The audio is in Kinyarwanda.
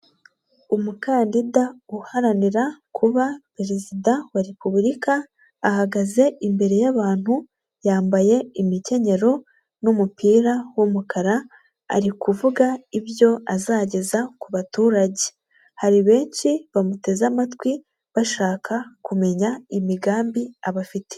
Umukandida uharanira kuba Perezida wa Repubulika, ahagaze imbere y'abantu yambaye imikenyero n'umupira w'umukara ari kuvuga ibyo azageza ku baturage. Hari benshi bamuteze amatwi bashaka kumenya imigambi abafitiye.